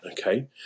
okay